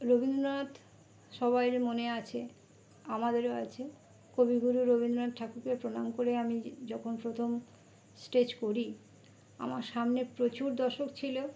রবীন্দ্রনাথ সবাইয়ের মনে আছে আমাদেরও আছে কবিগুরু রবীন্দ্রনাথ ঠাকুরকে প্রণাম করে আমি যখন প্রথম স্টেজ করি আমার সামনে প্রচুর দর্শক ছিল